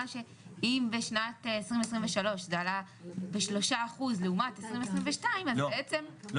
שאם בשנת 2023 זה עלה ב-3% לעומת 2022 --- לא,